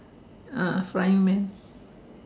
ah flying man